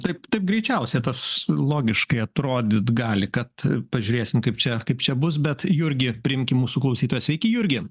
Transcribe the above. taip taip greičiausiai tas logiškai atrodyt gali kad pažiūrėsim kaip čia kaip čia bus bet jurgi priimkim mūsų klausytoją sveiki jurgi